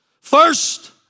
First